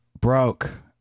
broke